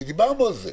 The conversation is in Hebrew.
כי דיברנו על זה.